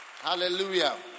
Hallelujah